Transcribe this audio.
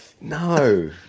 no